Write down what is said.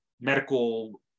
medical